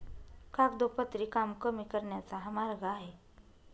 कागदोपत्री काम कमी करण्याचा हा मार्ग आहे